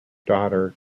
daughter